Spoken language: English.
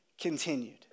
continued